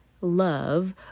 love